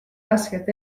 raskelt